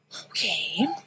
okay